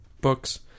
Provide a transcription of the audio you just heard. books